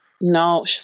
no